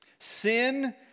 Sin